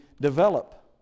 develop